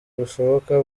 bushoboka